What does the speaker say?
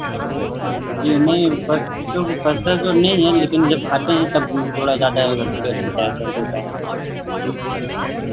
जी नहीं फँस तो फँसता तो नहीं है लेकिन जब खाते हैं तब थोड़ा ज़्यादा पेन होता है दर्द होता है